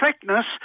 thickness